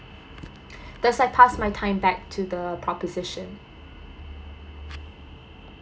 thus I pass my time back to the proposition